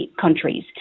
countries